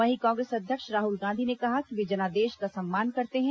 वहीं कांग्रेस अध्यक्ष राहुल गांधी ने कहा कि वे जनादेश का सम्मान करते हैं